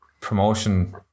promotion